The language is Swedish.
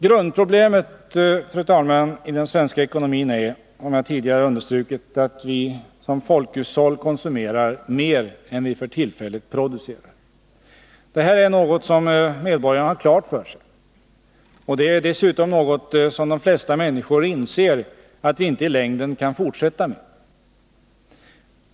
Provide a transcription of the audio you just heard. Grundproblemet, fru talman, i den svenska ekonomin är, som jag tidigare understrukit, att vi som folkhushåll konsumerar mer än vi för tillfället producerar. Det här är något som medborgarna har klart för sig. Och det är dessutom något som de flesta människor inser att vi i längden inte kan fortsätta med.